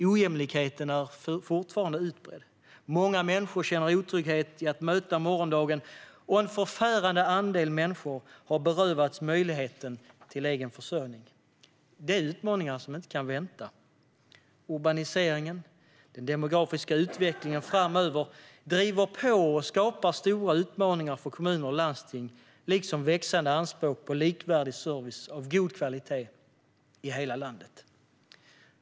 Ojämlikheten är fortfarande utbredd. Många människor känner otrygghet i att möta morgondagen, och en förfärande andel människor har berövats möjligheten till egen försörjning. Det är utmaningar som inte kan vänta. Urbaniseringen och den demografiska utvecklingen framöver driver på och skapar stora utmaningar för kommuner och landsting liksom växande anspråk på likvärdig service av god kvalitet i hela landet.